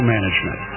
Management